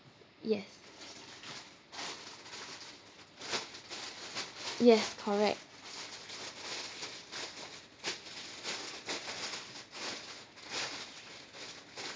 yes yes correct